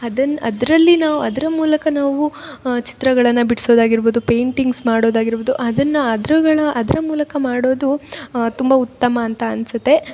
ಅದನ್ ಅದರಲ್ಲಿ ನಾವು ಅದ್ರ ಮೂಲಕ ನಾವು ಚಿತ್ರಗಳನ್ನು ಬಿಡಿಸೋದಾಗಿರ್ಬೌದು ಪೇಂಟಿಂಗ್ಸ್ ಮಾಡೋದಾಗಿರ್ಬೌದು ಅದನ್ನು ಅದ್ರಗಳ ಅದ್ರ ಮೂಲಕ ಮಾಡೋದು ತುಂಬ ಉತ್ತಮ ಅಂತ ಅನಿಸುತ್ತೆ